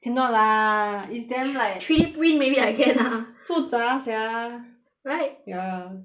cannot lah it's damn like three three print maybe I can ah 复杂 sia right ya